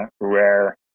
rare